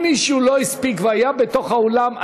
אם מישהו לא הספיק והיה בתוך האולם,